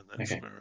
Okay